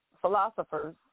philosophers